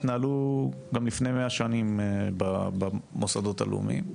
התנהלות גם לפני מאה שנים במוסדות הלאומיים,